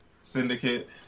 Syndicate